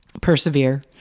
persevere